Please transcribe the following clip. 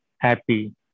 happy